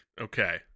okay